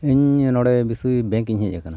ᱤᱧ ᱱᱚᱰᱮ ᱵᱮᱝᱠ ᱤᱧ ᱦᱮᱡ ᱟᱠᱟᱱᱟ